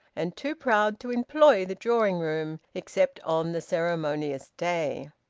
and too proud to employ the drawing-room except on the ceremonious day.